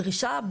הדרישה,